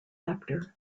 actor